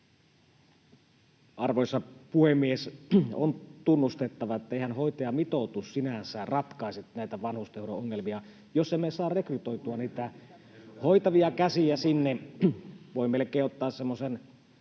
Arvoisa puhemies! On tunnustettava, etteihän hoitajamitoitus sinänsä ratkaise näitä vanhustenhoidon ongelmia, jos emme saa rekrytoitua sinne niitä hoitavia käsiä. [Antti Häkkänen: